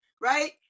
right